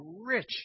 rich